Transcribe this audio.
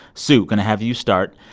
sue going to have you start.